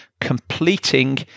completing